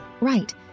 Right